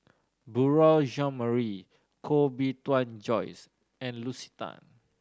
Beurel Jean Marie Koh Bee Tuan Joyce and Lucy Tan